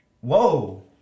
Whoa